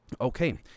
Okay